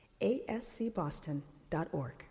ASCBoston.org